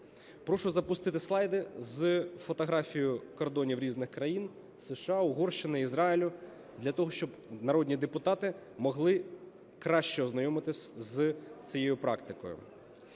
Прошу запустити слайди з фотографією кордонів різних країн: США, Угорщини, Ізраїлю, – для того щоб народні депутати могли краще ознайомитися з цією практикою.